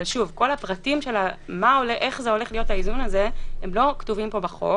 כל הפרטים איך האיזון הזה הולך להיות לא כתובים בחוק.